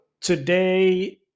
today